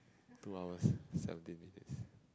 two hours seventeen minutes